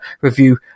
review